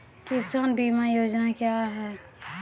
किसान बीमा योजना क्या हैं?